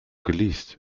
geleast